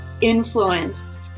influenced